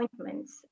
appointments